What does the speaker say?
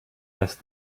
asked